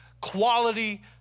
quality